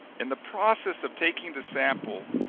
in the process of taking the sample,